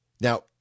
Now